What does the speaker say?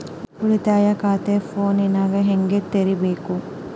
ಉಳಿತಾಯ ಖಾತೆ ಫೋನಿನಾಗ ಹೆಂಗ ತೆರಿಬೇಕು?